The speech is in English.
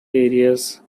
areas